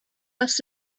must